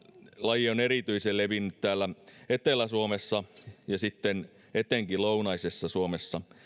laji on erityisen levinnyt täällä etelä suomessa ja etenkin lounaisessa suomessa